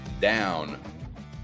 down